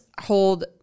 hold